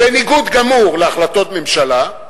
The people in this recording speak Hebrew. בניגוד גמור להחלטות ממשלה.